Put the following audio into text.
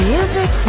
Music